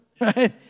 right